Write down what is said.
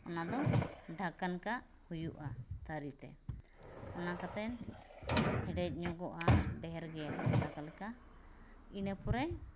ᱚᱱᱟᱫᱚ ᱰᱷᱟᱠᱚᱱᱠᱟᱜ ᱦᱩᱭᱩᱜᱼᱟ ᱛᱷᱟᱹᱨᱤᱛᱮ ᱚᱱᱟ ᱠᱟᱛᱮᱱ ᱦᱮᱰᱮᱡ ᱧᱚᱜᱚᱜᱼᱟ ᱰᱷᱮᱨᱜᱮ ᱫᱟᱠᱟᱞᱮᱠᱟ ᱤᱱᱟᱹᱯᱚᱨᱮ